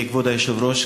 כבוד היושב-ראש,